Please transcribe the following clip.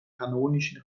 kanonischen